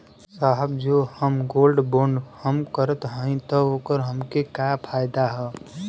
साहब जो हम गोल्ड बोंड हम करत हई त ओकर हमके का फायदा ह?